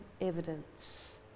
evidence